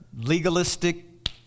legalistic